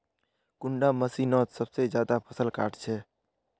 कुंडा मशीनोत सबसे ज्यादा फसल काट छै?